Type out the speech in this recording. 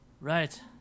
Right